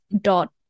dot